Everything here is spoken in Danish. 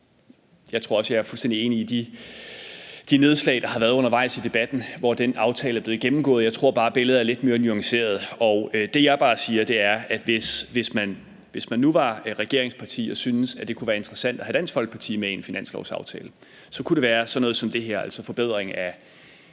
og tror også, jeg er fuldstændig enig i de nedslag, der har været undervejs i debatten, og hvor den aftale er blevet gennemgået. Jeg tror bare, at billedet er lidt mere nuanceret. Det, jeg bare siger, er, at hvis man nu var regeringsparti og syntes, det kunne være interessant at have Dansk Folkeparti med i en finanslovsaftale, så kunne det være sådan noget som det her, altså et løft af